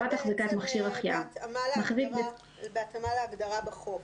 זה בהתאמה להגדרה בחוק